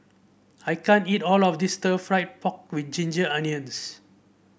I can't eat all of this Stir Fried Pork with Ginger Onions